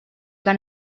que